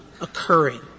occurring